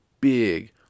big